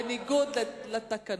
בניגוד לתקנון.